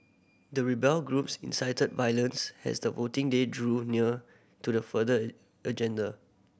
the rebel groups incited violence has the voting day drew near to the further agenda